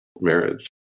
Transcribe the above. marriage